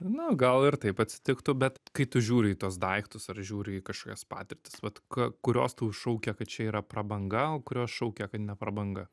na gal ir taip atsitiktų bet kai tu žiūri į tuos daiktus ar žiūri į kažkokias patirtis vat ką kurios tau šaukia kad čia yra prabanga o kurios šaukia kad ne prabanga